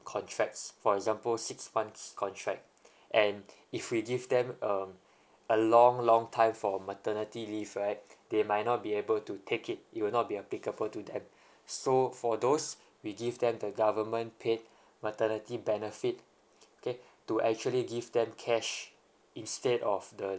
contracts for example six months contract and if we give them um a long long time for maternity leave right they might not be able to take it it will not be applicable to them so for those we give them the government paid maternity benefit okay to actually give them cash instead of the